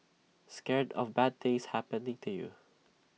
scared of bad things happening to you